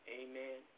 amen